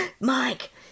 Mike